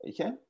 Okay